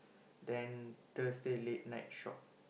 then Thursday late night shop